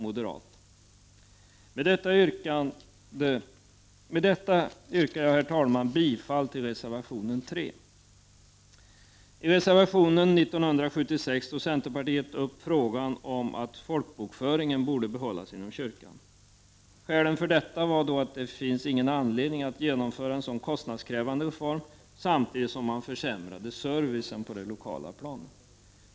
Med det anförda yrkar jag, herr talman, bifall till reservation nr 3. I reservationen år 1976 tog centerpartiet upp frågan om att folkbokföringen borde bibehållas inom kyrkan. Skälen för detta var att det inte fanns någon anledning att genomföra en så kostnadskrävande reform samtidigt som man försämrade servicen på det lokala planet.